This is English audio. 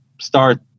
start